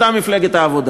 שבו עמדה תמיד מפלגת העבודה,